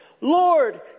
Lord